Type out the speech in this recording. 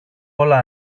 όλα